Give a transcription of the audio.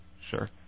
Sure